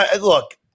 look –